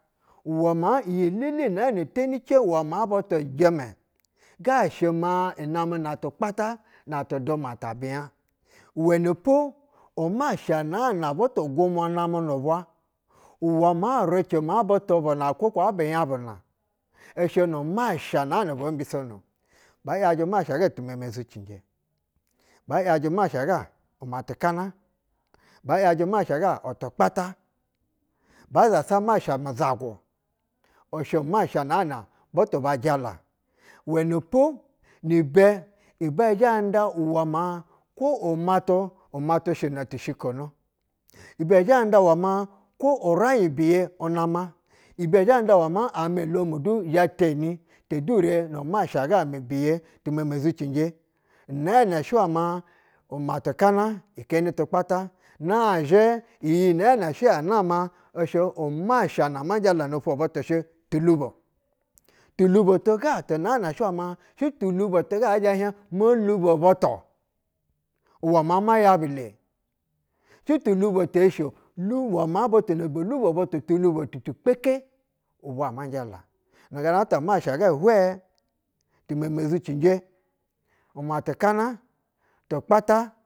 Uwɛ maa iyi lele na teni cɛɧ uwɛ ma butu jɛmɛ ga shɛ ma inamɛ kpata natu duma tati uwɛnɛpo umasha naa na butu gumwa namɛ nu bwa, uwɛ ma rɛcɛ ma butu na kwo kaa binya bu na namɛ nu masha naa na bo mbisono. Ba ‘yajɛ masha gatu meme zucinje. Ba ‘yajɛ masha ga u matikana, ba ‘yajɛ masha ga utu kpata, ba zhga masha mu zagu i shɛ masha naa na butu ba jala. uwɛnɛpo nibɛ, ibɛ zhɛ nƌa uwɛ ma. Kwo umatu, umatu shɛ unati shikona ibɛ zhɛ nƌa wɛ ma kwo uraiɧ biye u nama, ibɛ zhɛ nƌa wɛ kwo amɛ domu du zhetani tedure nu masha ga mi biye timeme zucinje nɛɛ nɛ shɛ wɛ ma timati kana keni tukpata. Nazhɛ uji nɛɛ nɛ shɛ yanama shɛ umasha ama jala nofwo butu shɛ tulubo. Tulubo ti ga ti naa na shɛ wɛ ma shɛ tulubo ti ga ɛzhɛ hiɛɧ mo lubo butu uwɛ ma maya lule, shɛ tudubo sheo, mi wɛ maa butu na botubo butu twubo ti ti kpeke, ubwa ma jala. Nugata masha ga huɛ, timeme zucinje, umaticana, tukputa.